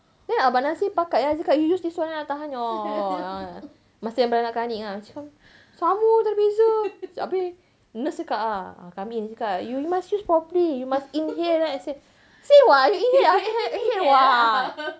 ah then abang nasir pakat lah cakap you use this [one] ah tahan your err masa yang beranakkan aniq ni lah macam sama jer tak ada beza habis nurse cakap lah kat me dia cakap you must use properly you must inhale right then I said what I inhale I inhale [what]